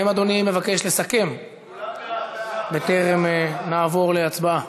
האם אדוני רוצה לסכם בטרם נעבור להצבעה?